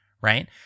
right